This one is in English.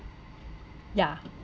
yeah